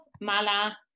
Mala